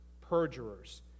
perjurers